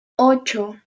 ocho